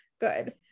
good